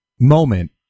moment